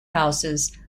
houses